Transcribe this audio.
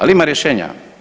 Ali, ima rješenja.